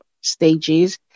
stages